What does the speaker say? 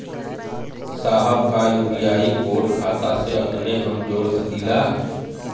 साहब का UPI code खाता से अपने हम जोड़ सकेला?